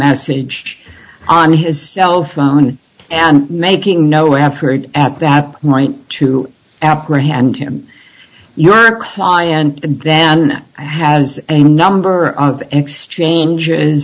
message on his cell phone and making no effort at that point to apprehend him your client then has a number of xchange